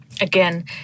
Again